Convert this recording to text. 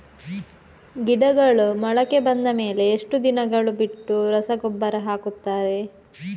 ಗಿಡಗಳು ಮೊಳಕೆ ಬಂದ ಮೇಲೆ ಎಷ್ಟು ದಿನಗಳು ಬಿಟ್ಟು ರಸಗೊಬ್ಬರ ಹಾಕುತ್ತಾರೆ?